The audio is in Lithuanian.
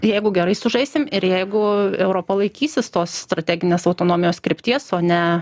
jeigu gerai sužaisim ir jeigu europa laikysis tos strateginės autonomijos krypties o ne